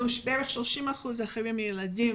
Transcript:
בערך 30% הילדים